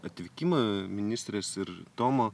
atvykimą ministrės ir tomo